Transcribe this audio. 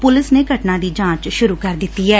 police ਨੇ ਘਟਨਾ ਦੀ ਜਾਚ ਸੁਰੁ ਕਰ ਦਿੱਤੀ ਐ